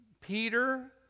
Peter